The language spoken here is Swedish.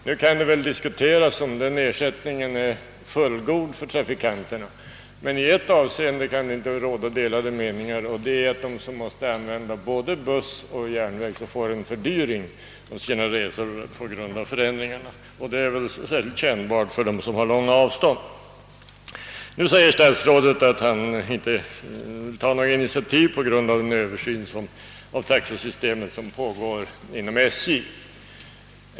Det kan ifrågasättas huruvida den ersättningen är fullgod för trafikanterna, men i varje fall i ett avseende kan det inte råda några delade meningar: för dem som måste använda både buss och järnväg sker det en fördyring av resekostnaderna, som kan bli nog så kännbar vid långa reseavstånd. Nu säger statsrådet att han inte vill ta några inititativ på grund av den över syn av taxesystemet som för närvarande pågår inom SJ.